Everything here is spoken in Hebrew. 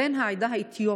בן העדה האתיופית: